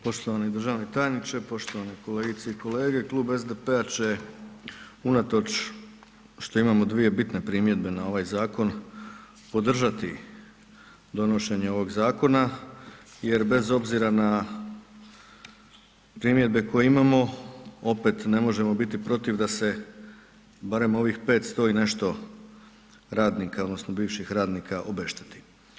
Poštovani državni tajniče, poštovane kolegice i kolege, Klub SDP-a će unatoč što imamo dvije bitne primjedbe na ovaj zakon, podržati donošenje ovog zakona jer bez obzira na primjedbe koje imamo, opet ne možemo biti protiv da se barem ovih 500 i nešto radnika odnosno bivših radnika obešteti.